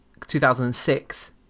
2006